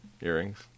earrings